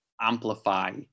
amplify